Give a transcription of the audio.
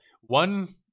one